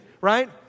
right